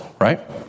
right